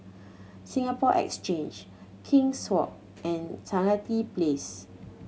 Singapore Exchange King's Walk and Stangee Place